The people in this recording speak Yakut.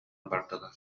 бардылар